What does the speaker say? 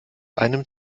einem